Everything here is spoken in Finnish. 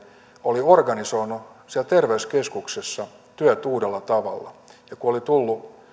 oli organisoinut siellä terveyskeskuksessa työt uudella tavalla ja kun oli tullut